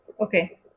Okay